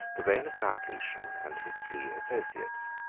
the reign of diocletian and his three associates,